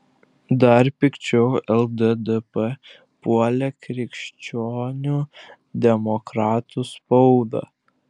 dar pikčiau lddp puolė krikščionių demokratų spauda